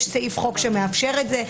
יש סעיף חוק שמאפשר את זה.